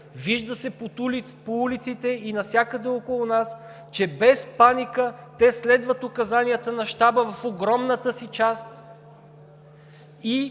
вижда се по улиците и навсякъде около нас, че без паника те следват указанията на Щаба в огромната си част и